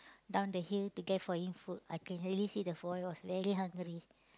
down the hill to get for him food I can really see the boy was very hungry